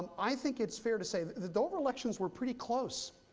i think it's fair to say that the dover elections were pretty close.